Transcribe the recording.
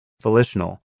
volitional